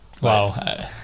wow